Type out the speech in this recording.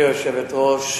גברתי היושבת-ראש,